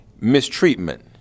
mistreatment